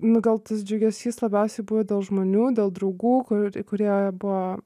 nu gal tas džiugesys labiausiai buvo dėl žmonių dėl draugų kur kurie buvo